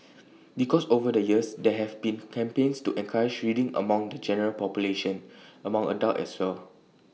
because over the years there have been campaigns to encourage reading among the general population among adults as well